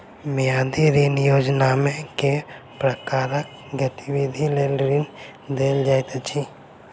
मियादी ऋण योजनामे केँ प्रकारक गतिविधि लेल ऋण देल जाइत अछि